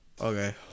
Okay